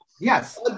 Yes